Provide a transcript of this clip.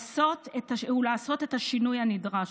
ולעשות את השינוי הנדרש.